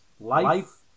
life